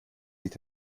sich